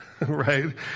right